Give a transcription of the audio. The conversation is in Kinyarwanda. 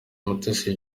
mutesi